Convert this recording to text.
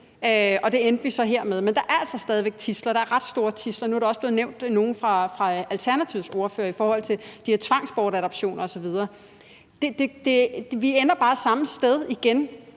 og så endte vi med det her. Men der er altså stadig væk tidsler. Der er ret store tidsler. Nu er der også blevet nævnt nogle af Alternativets ordfører i forhold til de her tvangsbortadoptioner osv. Vi ender bare samme sted igen.